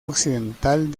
occidental